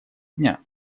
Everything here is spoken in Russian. дня